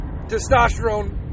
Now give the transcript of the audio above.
Testosterone